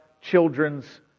children's